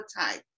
type